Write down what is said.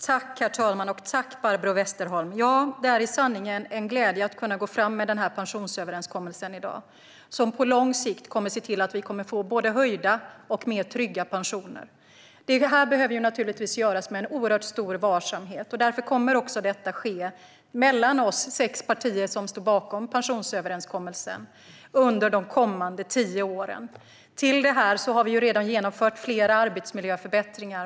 Herr talman! Jag tackar Barbro Westerholm för frågan. Det är i sanningen en glädje att kunna gå fram med denna pensionsöverenskommelse som på lång sikt kommer att se till att vi får både höjda och tryggare pensioner. Detta behöver göras med en stor varsamhet, och därför kommer det att ske mellan oss sex partier som står bakom pensionsöverenskommelsen under de kommande tio åren. I tillägg till detta har vi redan genomfört flera arbetsmiljöförbättringar.